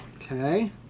Okay